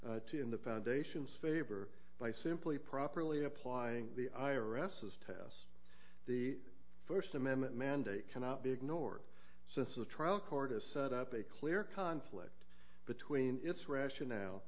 in the foundation's favor by simply properly applying the i r s as to the first amendment mandate cannot be ignored since the trial court has set up a clear conflict between its rationale